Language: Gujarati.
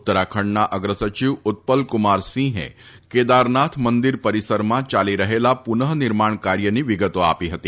ઉત્તરાખંડના અગ્રસચિવ ઉત્પલકુમારસિંહે કેદારનાથ મંદિર પરિસરમાં ચાલી રહેલા પુનઃનિર્માણ કાર્યની વિગતો આપી હતી